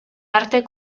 arte